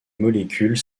molécules